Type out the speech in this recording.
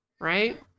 Right